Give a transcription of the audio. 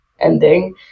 ending